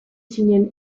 zinen